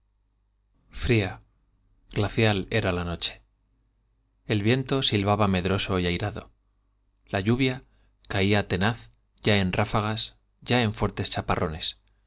fría glacial era la noche el viento silbaba medroso en ráfagas ya en y airado la lluvia caía tenaz ya fuertes chaparrones